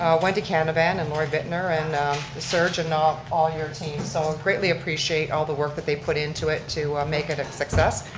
wendy canavan, and laurie bitner, and serge and um all your team, so i ah greatly appreciate all the work that they put into it to make it a success,